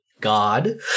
god